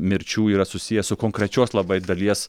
mirčių yra susiję su konkrečios labai dalies